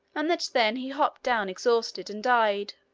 and that then he hopped down exhausted, and died.